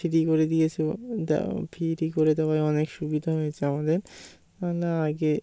free করে দিয়েছে free করে দেওয়ায় অনেক সুবিধা হয়েছে আমাদের কেননা আগে